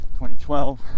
2012